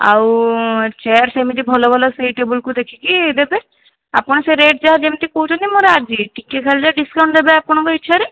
ଆଉ ଚେୟାର୍ ସେମିତି ଭଲ ଭଲ ସେହି ଟେବଲ୍କୁ ଦେଖିକି ଦେବେ ଆପଣ ସେ ରେଟ୍ ଯାହା ଯେମିତି କହୁଛନ୍ତି ମୁଁ ରାଜି ଟିକିଏ ଖାଲି ଯଦି ଡିସକାଉଣ୍ଟ ଦେବେ ଆପଣଙ୍କ ଇଚ୍ଛାରେ